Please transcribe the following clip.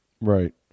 Right